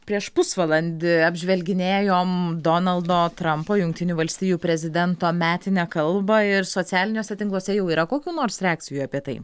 prieš pusvalandį apžvelginėjom donaldo trampo jungtinių valstijų prezidento metinę kalbą ir socialiniuose tinkluose jau yra kokių nors reakcijų apie tai